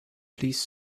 please